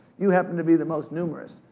you happen to be the most numerous.